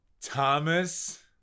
Thomas